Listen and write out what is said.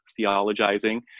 theologizing